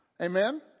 Amen